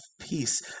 peace